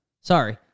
Sorry